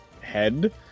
head